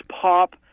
Pop